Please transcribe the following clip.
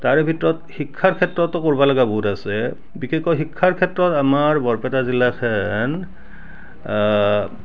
তাৰ ভিতৰত শিক্ষাৰ ক্ষেত্ৰতো কৰিব লগা বহুত আছে বিশেষকৈ শিক্ষাৰ ক্ষেত্ৰত আমাৰ বৰপেটা জিলাখন